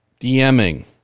DMing